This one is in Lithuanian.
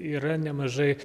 yra nemažai